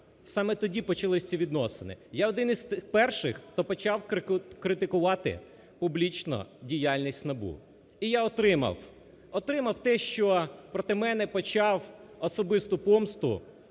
саме тоді почалися ці відносини. Я один з перших, хто почав критикувати публічно діяльність НАБУ і я отримав, отримав те, що проти мене почав особисту помсту